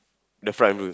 the front wheel